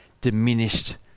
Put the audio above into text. diminished